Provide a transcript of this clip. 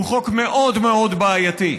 הוא חוק מאוד מאוד בעייתי.